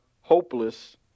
hopeless